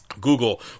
Google